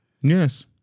Yes